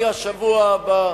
מהשבוע הבא,